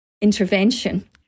intervention